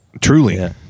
Truly